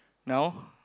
now